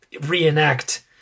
reenact